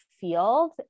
field